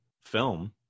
film